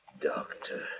Doctor